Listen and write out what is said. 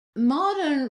modern